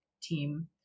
team